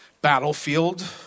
battlefield